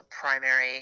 primary